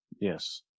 Yes